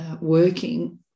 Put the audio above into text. working